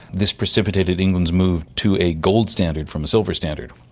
this precipitated england's move to a gold standard from a silver standard.